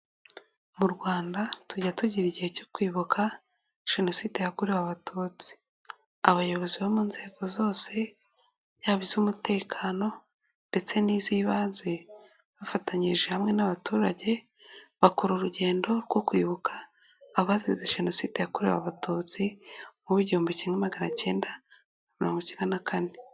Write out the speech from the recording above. Mu Rwanda tujya tugira igihe cyo kwibuka Jenoside yakorewe Abatutsi. Abayobozi bo mu nzego zose yaba iz'umutekano ndetse n'iz'ibanze, bafatanyije hamwe n'abaturage bakora urugendo rwo kwibuka abazize Jenoside yakorewe Abatutsi mu igihumbi kimwe magana kenda mirongo ikenda na kane.